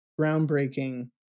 groundbreaking